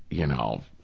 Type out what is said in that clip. you know,